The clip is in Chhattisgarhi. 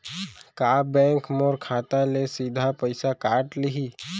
का बैंक मोर खाता ले सीधा पइसा काट लिही?